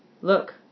Look